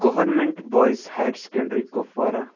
government boys higher secondary Kupwara